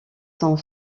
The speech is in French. sont